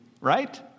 right